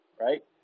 right